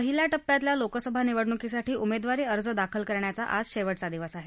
पहिल्या टप्प्यातल्या लोकसभा निवडणुकीसाठी उमेदवारी अर्ज दाखल करण्याचा आज शेवटचा दिवस आहे